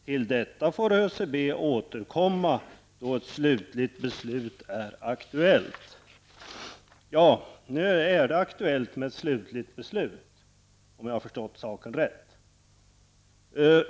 Till detta får ÖCB återkomma då ett slutligt beslut är aktuellt''. Nu är det aktuellt med ett slutligt beslut, om jag har förstått saken rätt.